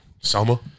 Selma